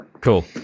Cool